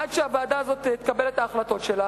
עד שהוועדה הזאת תקבל את ההחלטות שלה,